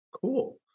Cool